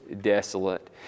desolate